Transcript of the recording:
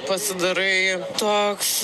pasidarai toks